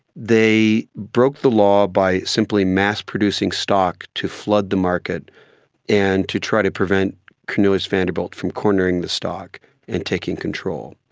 they broke the law by simply mass-producing stock to flood the market and to try to prevent cornelius vanderbilt from cornering the stock and taking control.